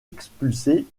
expulsée